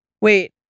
wait